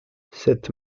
cette